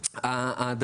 ה-60,